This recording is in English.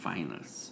Finals